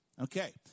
Okay